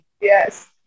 Yes